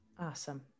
Awesome